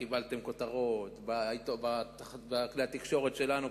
קיבלתם כותרות בכלי התקשורת שלנו,